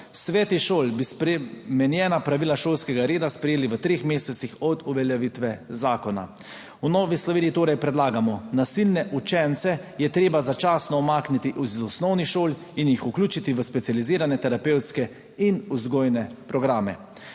Sveti šol bi spremenjena pravila šolskega reda sprejeli v treh mesecih od uveljavitve zakona. V Novi Sloveniji torej predlagamo – nasilne učence je treba začasno umakniti iz osnovnih šol in jih vključiti v specializirane terapevtske in vzgojne programe.